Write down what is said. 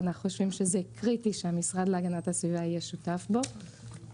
אנחנו חושבים שזה קריטי שהמשרד להגנת הסביבה יהיה שותף בו,